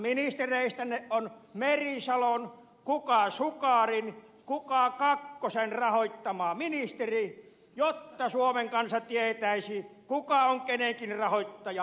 kuka ministereistänne on merisalon kuka sukarin kuka kakkosen rahoittama ministeri jotta suomen kansa tietäisi kuka on kenenkin rahoittajan asialla